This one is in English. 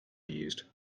used